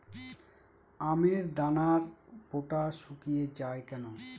আমের দানার বোঁটা শুকিয়ে য়ায় কেন?